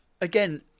again